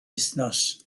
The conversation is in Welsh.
wythnos